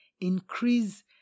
increase